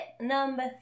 number